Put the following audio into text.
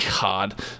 God